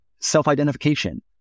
self-identification